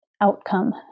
outcome